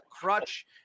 crutch